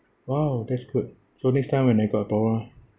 !wow! that's good so next time when I got a problem